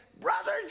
Brother